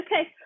okay